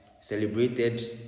celebrated